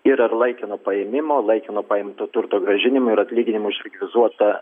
ir ar laikino paėmimo laikino paimto turto grąžinimo ir atlyginimų išlikvizuota